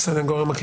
(היו"ר שמחה רוטמן, 10:47) הסניגוריה מכירה?